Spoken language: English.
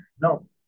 No